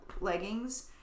leggings